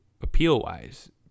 appeal-wise